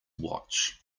watch